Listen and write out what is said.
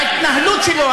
ההתנהלות שלו,